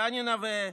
דני נווה,